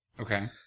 Okay